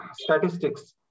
statistics